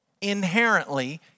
Inherently